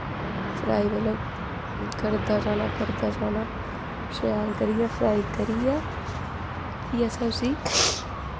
शैल मतलब करदे जाना करदे जाना शैल करियै फ्राई करियै भी असें उसी